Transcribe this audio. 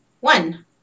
One